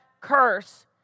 curse